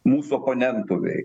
mūsų oponentų vei